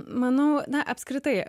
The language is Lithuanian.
manau na apskritai